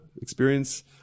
experience